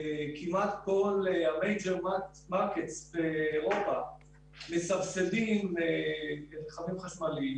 כמעט כל ה --- מרקטס באירופה מסבסדים רכבים חשמליים